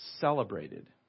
celebrated